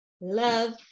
love